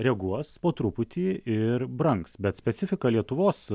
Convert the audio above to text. reaguos po truputį ir brangs bet specifika lietuvos